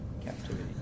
captivity